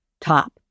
top